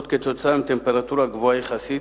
כתוצאה מטמפרטורה גבוהה יחסית,